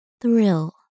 thrill